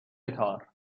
کار